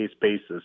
basis